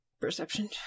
Perception